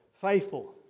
Faithful